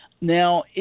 Now